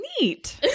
Neat